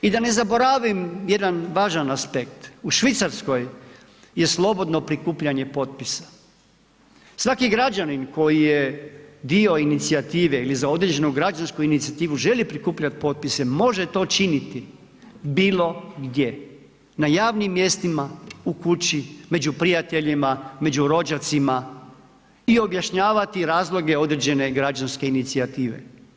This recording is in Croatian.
I da ne zaboravim jedan važan aspekt, u Švicarskoj je slobodno prikupljanje potpisa, svaki građanin koji je dio inicijative ili za određenu građansku inicijativu želi prikupljati potpise, može to činiti bilogdje, na javim mjestima, kući, među prijateljima, među rođacima i objašnjavati razloge određene građanske inicijative.